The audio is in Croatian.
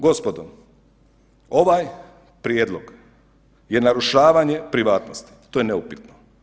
Gospodo, ovaj prijedlog je narušavanje privatnosti to je neupitno.